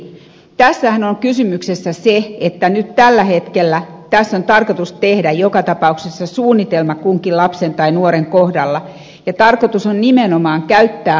tässähän on kysymyksessä se että nyt tällä hetkellä tässä on tarkoitus tehdä joka tapauksessa suunnitelma kunkin lapsen tai nuoren kohdalla ja tarkoitus on nimenomaan käyttää harkintaa